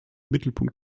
mittelpunkt